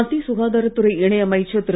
மத்திய சுகாதார துறை இணை அமைச்சர் திரு